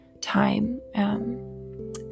time